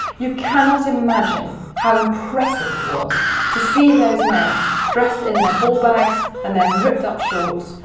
you cannot imagine how impressive it was to see those men dressed in the ball bags and their ripped-up shorts.